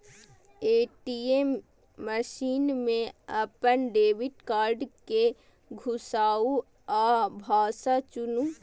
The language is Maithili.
ए.टी.एम मशीन मे अपन डेबिट कार्ड कें घुसाउ आ भाषा चुनू